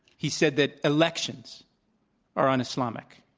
he said that elections are un-islamic.